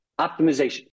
optimization